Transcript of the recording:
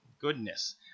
goodness